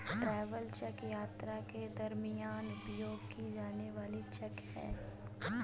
travel cheque यात्रा के दरमियान उपयोग की जाने वाली चेक है